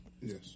yes